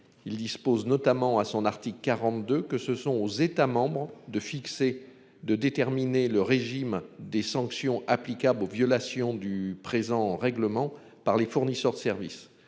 Il dispose notamment à son article 42 que ce sont aux États membres de fixer de déterminer le régime des sanctions applicables aux violations du présent règlement par les fournisseurs de services